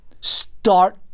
Start